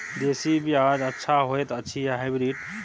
देसी बीज अच्छा होयत अछि या हाइब्रिड?